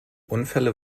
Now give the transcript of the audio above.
unfälle